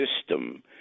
system